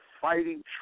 fighting